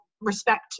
respect